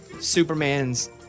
Superman's